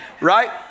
Right